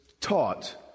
taught